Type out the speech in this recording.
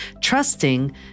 trusting